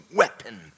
weapon